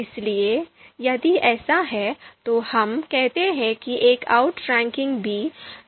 इसलिए यदि ऐसा है तो हम कहते हैं कि एक outranking बी